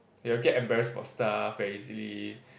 he will get embarrassed about stuff very easily